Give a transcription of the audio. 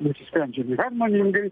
bus išsprendžiami harmoningai